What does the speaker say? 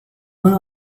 one